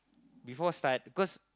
before start because